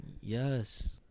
Yes